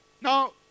Now